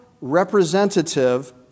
representative